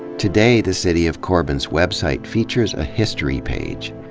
today, the city of corbin's website features a history page.